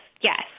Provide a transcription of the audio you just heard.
yes